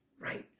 right